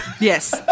yes